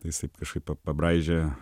tai jisai kažkaip pabraižė